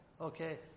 Okay